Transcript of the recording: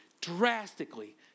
drastically